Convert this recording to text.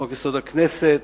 חוק-יסוד: הכנסת,